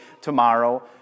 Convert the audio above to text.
tomorrow